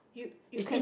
you you can